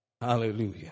Hallelujah